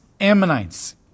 Ammonites